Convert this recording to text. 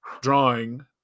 drawing